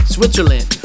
Switzerland